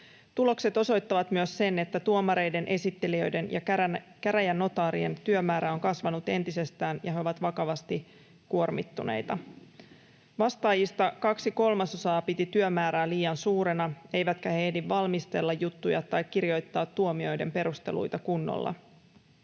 Tulokset osoittavat myös sen, että tuomareiden, esittelijöiden ja käräjänotaarien työmäärä on kasvanut entisestään ja he ovat vakavasti kuormittuneita. Vastaajista kaksi kolmasosaa piti työmäärää liian suurena, eivätkä he ehdi valmistella juttuja tai kirjoittaa tuomioiden perusteluita kunnolla.